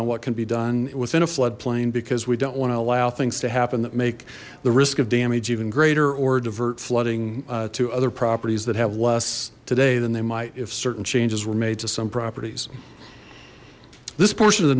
on what can be done within a floodplain because we don't want to allow things to happen that make the risk of damage even greater or divert flooding to other properties that have less today than they might if certain changes were made to some properties this portion of the